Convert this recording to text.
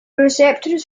receptors